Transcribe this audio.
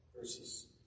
verses